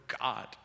God